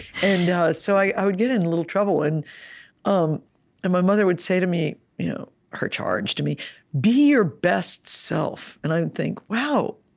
and ah so i would get in a little trouble, and um and my mother would say to me you know her charge to me be your best self. and i would think, wow,